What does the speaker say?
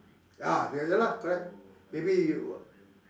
ah ya lah correct maybe you